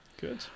Good